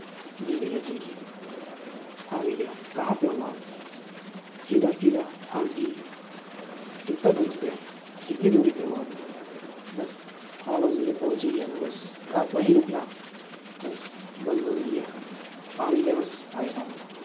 जी भय्या जी जी हाँ भय्या कहाँ पे हो आप सीधा सीधा हाँ जी कितना दूर पे कितनी दूरी पे हो आप बस हाँ बस भय्या पहुँच ही गया बस आप वहीं रुकना बस बस बस भय्या हाँ भय्या बस आ ही रहा हूँ मैं